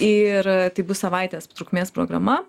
ir tai bus savaitės trukmės programa